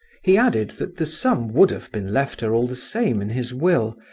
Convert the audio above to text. he added that the sum would have been left her all the same in his will,